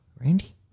Randy